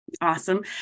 Awesome